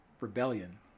rebellion